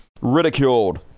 ridiculed